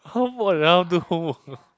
walao do homework